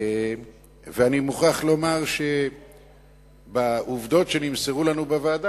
ואני מוכרח לומר שלפי העובדות שנמסרו לנו בוועדה